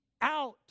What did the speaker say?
out